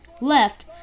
left